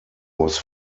was